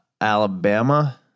Alabama